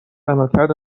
عملکرد